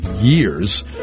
years